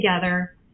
together